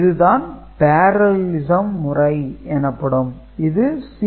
இதுதான் Parallelism முறை எனப்படும் இது Serial முறையில் சாத்தியமில்லை